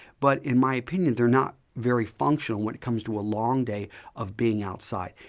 but in my opinion, theyire not very functional when it comes to a long day of being outside.